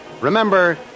Remember